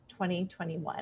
2021